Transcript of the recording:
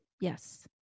Yes